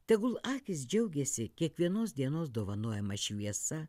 tegul akys džiaugiasi kiekvienos dienos dovanojama šviesa